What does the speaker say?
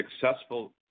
successful